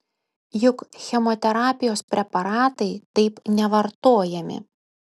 juk chemoterapijos preparatai taip nevartojami